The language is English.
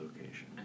location